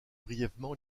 brièvement